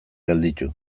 gelditu